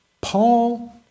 Paul